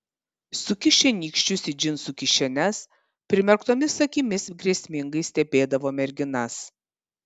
sukišę nykščius į džinsų kišenes primerktomis akimis grėsmingai stebėdavo merginas